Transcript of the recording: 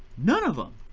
none of them